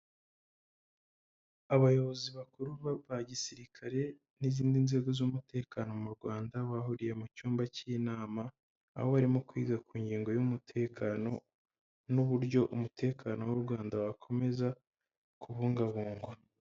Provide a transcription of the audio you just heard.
Abayobozi bakuru ba gisirikare n'izindi nzego z'umutekano mu Rwanda bahuriye mu cyumba cy'inama aho barimo kwiga ku ngingo y'umutekano n'uburyo umutekano w'u Rwanda wakomeza kubungwabungwa.